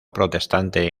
protestante